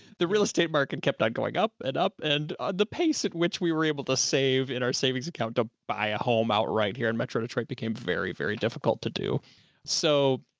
the real estate market kept going up and up, and the pace at which we were able to save in our savings account to buy a home outright here in metro detroit became very, very difficult to do so.